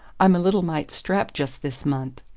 i'm a little mite strapped just this month.